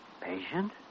Patient